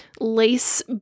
lace